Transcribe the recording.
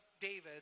David